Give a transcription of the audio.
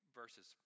verses